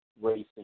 racing